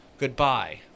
goodbye